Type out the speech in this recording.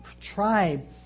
tribe